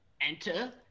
enter